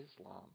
Islam